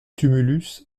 tumulus